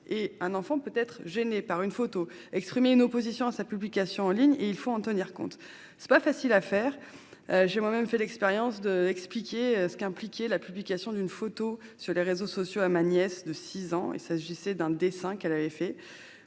Un enfant peut être gêné par une photo et exprimer une opposition à sa publication en ligne ; il faut en tenir compte. Ce n'est pas facile à faire : j'ai moi-même fait l'expérience de tenter d'expliquer ce qu'implique la publication d'une photo sur les réseaux sociaux à ma nièce de 6 ans. Il s'agissait d'un dessin qu'elle avait fait.